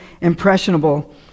impressionable